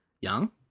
Yang